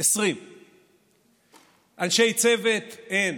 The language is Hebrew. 20. אנשי צוות אין,